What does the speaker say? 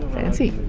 fancy.